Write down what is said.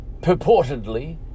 purportedly